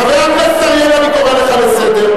חבר הכנסת אריאל, אני קורא אותך לסדר.